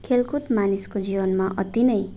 खेलकुद मानिसको जीवनमा अति नै